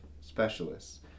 specialists